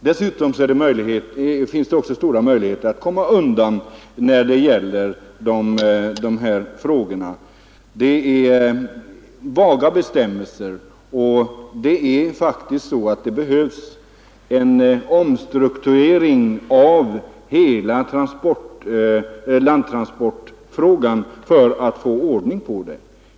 Dessutom är bestämmelserna över huvud taget på detta område så vaga att det är mycket lätt att komma undan. Vi behöver en omstrukturering av hela landtransportväsendet för att det skall bli ordning.